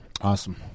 awesome